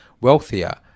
wealthier